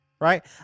right